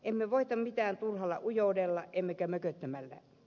emme voita mitään turhalla ujoudella emmekä mököttämällä